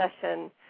session